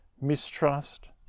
mistrust